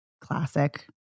classic